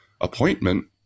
appointment